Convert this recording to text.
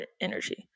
energy